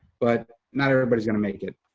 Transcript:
but not everybody's gonna make it.